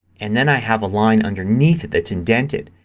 and then i have a line underneath that's indented.